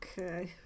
Okay